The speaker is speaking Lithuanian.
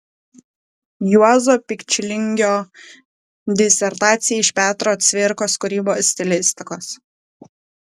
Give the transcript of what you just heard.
juozo pikčilingio disertacija iš petro cvirkos kūrybos stilistikos